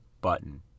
button